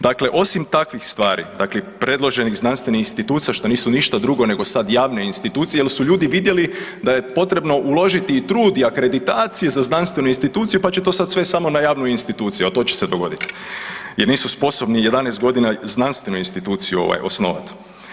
Dakle, osim takvih stvari, dakle i predloženi znanstveni institut što nisu ništa drugo nego sad javne institucije jer su ljudi vidjeli da je potrebno uložiti i trud i akreditacije za znanstvenu instituciju pa će to sve sad samo na javnu instituciju, evo to će se dogoditi jer nisu sposobni 11 g, znanstvenu instituciju osnovati.